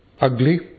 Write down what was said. ugly